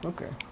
Okay